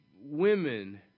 women